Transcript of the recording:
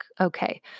okay